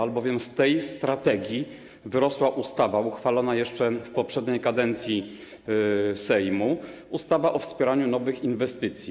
Albowiem to z tej strategii wyrosła ustawa uchwalona jeszcze w poprzedniej kadencji Sejmu, ustawa o wspieraniu nowych inwestycji.